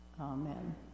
Amen